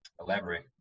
elaborate